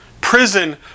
Prison